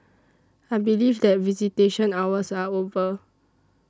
I believe that visitation hours are over